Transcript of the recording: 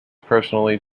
personally